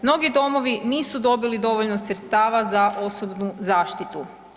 Mnogi domovi nisu dobili dovoljno sredstava za osobnu zaštitu.